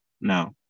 No